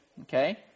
Okay